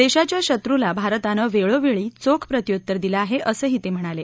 देशाच्या शत्रूला भारतानं वेळोवळी चोख प्रत्युत्तर दिलं आहे असंही ते म्हणाले